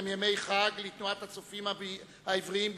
הם ימי חג לתנועת "הצופים העבריים בישראל"